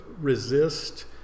resist